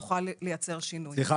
נוכל לייצר שינוי.